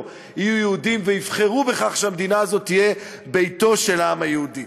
יהיו יהודים ויבחרו בכך שהמדינה הזאת תהיה ביתו של העם היהודי.